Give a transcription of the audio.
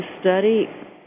study